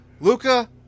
Luca